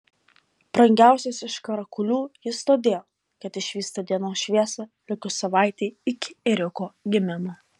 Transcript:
brangiausias iš karakulių jis todėl kad išvysta dienos šviesą likus savaitei iki ėriuko gimimo